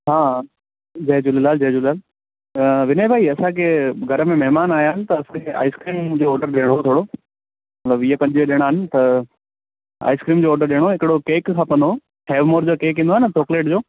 हा जय झूलेलाल जय झूलेलाल विनए भाई असांखे घर में महिमान आया आहिनि त असांखे आइस्क्रीम जो ऑडर ॾियणो हो थोरो मन वीह पंजवीह ॼणां आहिनि त आईस्क्रीम जो ऑडर ॾियणो हो हिकिड़ो केक खपंदो हेवमोर जो केक ईंदो आए न चॉक्लेट जो